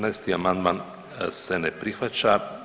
14. amandman se ne prihvaća.